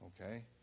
Okay